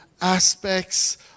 aspects